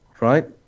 right